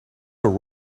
all